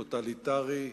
טוטליטרי,